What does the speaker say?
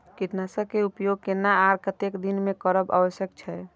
कीटनाशक के उपयोग केना आर कतेक दिन में करब आवश्यक छै?